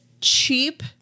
cheap